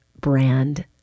brand